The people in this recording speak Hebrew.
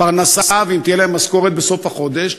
פרנסה ואם תהיה להם משכורת בסוף החודש.